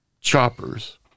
choppers